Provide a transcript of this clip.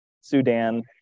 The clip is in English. Sudan